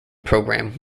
programme